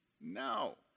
No